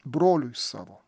broliui savo